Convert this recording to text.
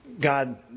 god